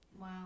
Wow